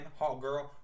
Hawkgirl